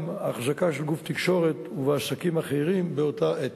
אחזקה של גוף תקשורת ועסקים אחרים באותה עת.